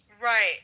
Right